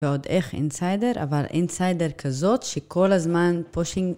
ועוד איך אינסיידר, אבל אינסיידר כזאת, שכל הזמן פושינג.